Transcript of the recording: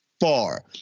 far